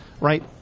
right